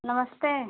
नमस्ते